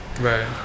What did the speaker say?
right